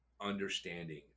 understanding